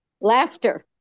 Laughter